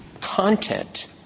content